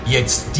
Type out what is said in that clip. Jetzt